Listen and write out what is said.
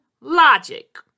logic